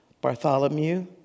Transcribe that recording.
Bartholomew